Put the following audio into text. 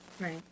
Right